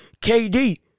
KD